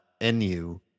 NU